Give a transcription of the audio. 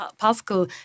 Pascal